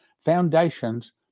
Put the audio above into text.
Foundations